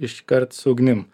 iškart su ugnim